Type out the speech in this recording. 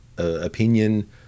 Opinion